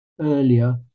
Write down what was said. earlier